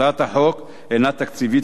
הצעת החוק אינה תקציבית,